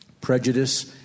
prejudice